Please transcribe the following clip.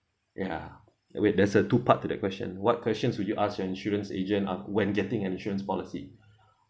ya wait there's a two part to the question what questions would you ask your insurance agent ah when getting an insurance policy